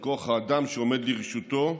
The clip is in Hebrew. עם כוח האדם שעומד לרשותו,